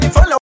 Follow